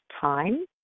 time